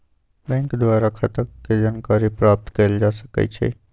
bank द्वारा खता के जानकारी प्राप्त कएल जा सकइ छइ